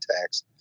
tax